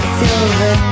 silver